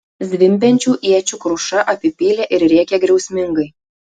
zvimbiančių iečių kruša apipylė ir rėkė griausmingai